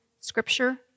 scripture